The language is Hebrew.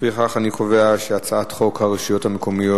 לפיכך אני קובע שהצעת חוק הרשויות המקומיות